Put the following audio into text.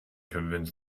convince